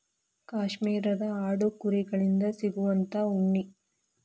ಕಾಶ್ಮೇರದ ಆಡು ಕುರಿ ಗಳಿಂದ ಸಿಗುವಂತಾ ಉಣ್ಣಿ